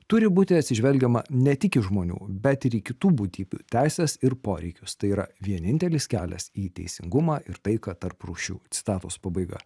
turi būti atsižvelgiama ne tik į žmonių bet ir į kitų būtybių teises ir poreikius tai yra vienintelis kelias į teisingumą ir taiką tarp rūšių citatos pabaiga